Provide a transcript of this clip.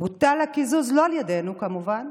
בוטל הקיזוז, לא על ידנו כמובן,